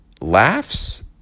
Laughs